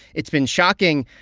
it's been shocking.